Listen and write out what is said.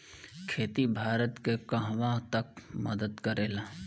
खेती भारत के कहवा तक मदत करे ला?